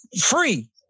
free